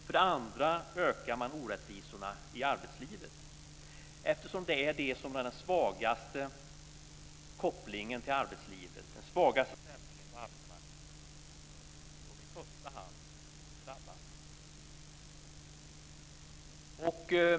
För det andra ökar det orättvisorna i arbetslivet, eftersom det är de som har den svagaste kopplingen till arbetslivet, den svagaste ställningen på arbetsmarknaden som drabbas i första hand.